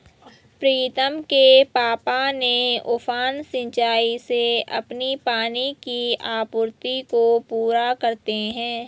प्रीतम के पापा ने उफान सिंचाई से अपनी पानी की आपूर्ति को पूरा करते हैं